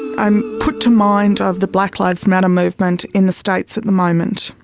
i am put to mind of the black lives matter movement in the states at the moment.